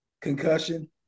concussion